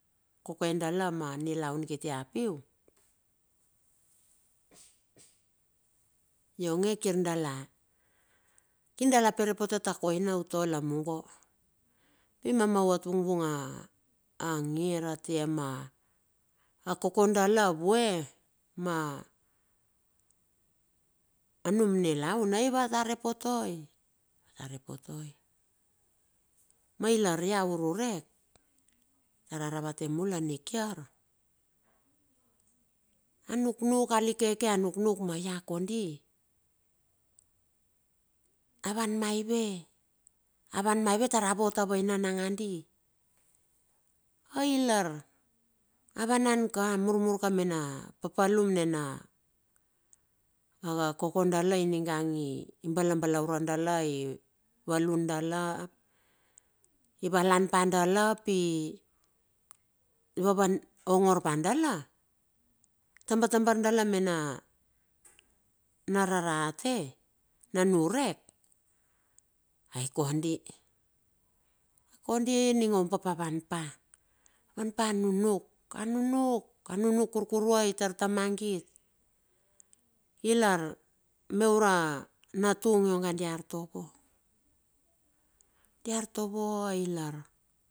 Koke dala ma nilaun kiti apiu, ionge kirdala perepoteta koina utua lamuga, pi mama u ot vung vung a ngir a tia ma kokedala vue ma num nilaun, ai vata re potoi. Mai lar lau ururek tar a ravate mula nikiar anuknuk alik keke a nuknuk ma la kondi, avan maive, avan maive tara vot a vaina nangandi? I'lar a vanan ka a murmur ka mana papalum nena a koke dala ininga i balabala urei dala dala ivalun pa dala, api iva vuongor padala, taba tabar dala mena rarte na niurek ai kondi, kondi oning oun bap a van pa anunuk, anunuk kurkuruai tar ta magit ilar me ura natung iong dia artovo.